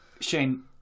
Shane